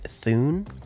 Thune